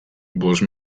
bost